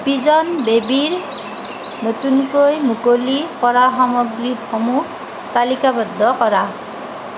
pigeon বেবীৰ নতুনকৈ মুকলি কৰা সামগ্ৰীসমূহ তালিকাবদ্ধ কৰা